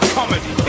comedy